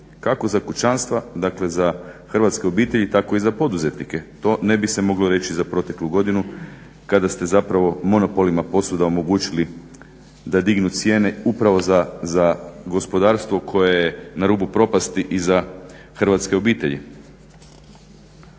kako za kućanstva dakle za hrvatske obitelji, tako i za poduzetnike. To ne bi se moglo reći za proteklu godinu kada ste zapravo monopolima posvuda omogućili da dignu cijene upravo za gospodarstvo koje je na rubu propasti i za hrvatske obitelji.